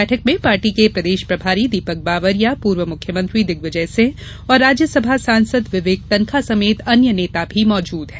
बैठक में पार्टी के प्रदेश प्रभारी दीपक बावरिया पूर्व मुख्यमंत्री दिग्विजय सिंह और राज्यसभा सांसद विवेक तन्खा समेत अन्य नेता भी मौजूद हैं